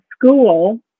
school